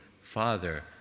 Father